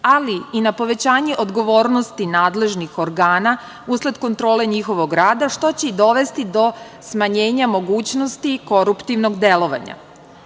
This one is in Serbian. ali i na povećanje odgovornosti nadležnih organa usled kontrole njihovog rada, što će i dovesti do smanjenja mogućnosti koruptivnog delovanja. Zakon